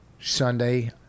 Sunday